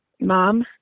Mom